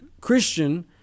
Christian